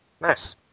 Nice